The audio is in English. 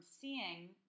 seeing